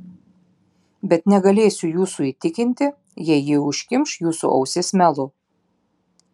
bet negalėsiu jūsų įtikinti jei ji užkimš jūsų ausis melu